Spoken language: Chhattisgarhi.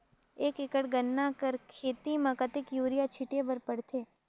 एक एकड़ गन्ना कर खेती म कतेक युरिया छिंटे बर पड़थे?